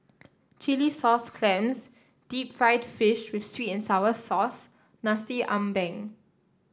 Chilli Sauce Clams Deep Fried Fish with sweet and sour sauce Nasi Ambeng